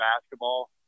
basketball